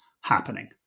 happening